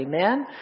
Amen